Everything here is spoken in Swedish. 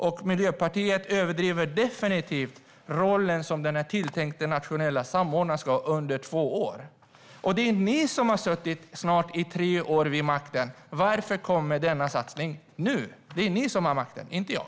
Och Miljöpartiet överdriver definitivt den roll som den tilltänkta nationella samordnaren ska ha under två år. Det är ni som har suttit i snart tre år vid makten. Varför kommer denna satsning nu? Det är ni som har makten, inte jag.